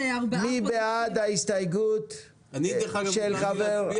מי בעד ההסתייגות של חבר הכנסת --- אני דרך אגב אוכל להצביע?